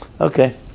okay